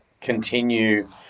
continue